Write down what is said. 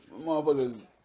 motherfuckers